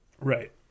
Right